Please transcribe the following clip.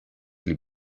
pli